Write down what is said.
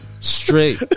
Straight